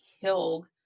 killed